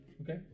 Okay